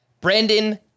Brandon